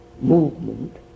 movement